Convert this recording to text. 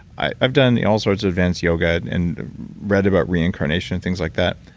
i've done all sorts of advanced yoga and read about reincarnation and things like that.